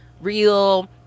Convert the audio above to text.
real